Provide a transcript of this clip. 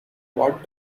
what